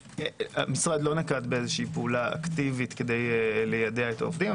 המשרד לא נקט בפעולה אקטיבית כדי ליידע את העובדים.